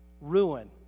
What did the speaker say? ruin